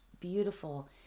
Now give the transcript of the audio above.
Beautiful